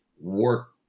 work